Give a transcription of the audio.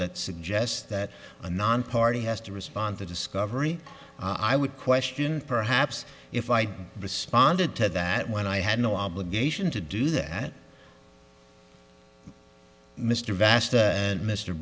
that suggests that a nonparty has to respond to discovery i would question perhaps if i responded to that when i had no obligation to do that mr vast